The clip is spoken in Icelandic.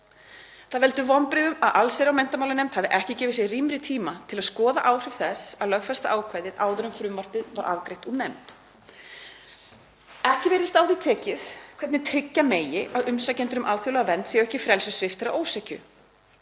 Það veldur vonbrigðum að allsherjar- og menntamálanefnd hafi ekki gefið sér rýmri tíma til að skoða áhrif þess að lögfesta ákvæðið áður en frumvarpið var afgreitt úr nefnd. Ekki virðist á því tekið hvernig tryggja megi að umsækjendur um alþjóðlega vernd séu ekki frelsissviptir að ósekju.